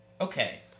okay